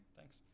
Thanks